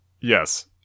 Yes